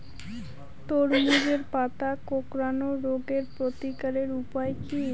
তরমুজের পাতা কোঁকড়ানো রোগের প্রতিকারের উপায় কী?